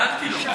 דאגתי לו.